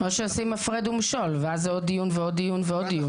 או שעושים הפרד ומשול ואז עוד דיון ועוד דיון ועוד דיון.